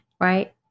right